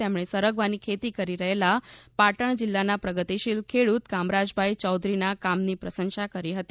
તેમણે સરગવાની ખેતી કરી રહેલા પાટણ જીલ્લાના પ્રગતિશીલ ખેડૂત કામરાજ ભાઈ ચૌધરીના કામની પ્રશંસા કરી હતી